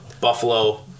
Buffalo